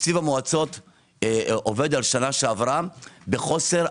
תקציב המועצות עובד על שנה שעברה בחוסר,